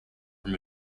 from